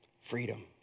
Freedom